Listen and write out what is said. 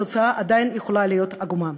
התוצאה עדיין יכולה להיות עגומה.